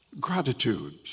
Gratitude